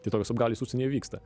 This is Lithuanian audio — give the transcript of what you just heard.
tai tokios apgaulės užsienyje vyksta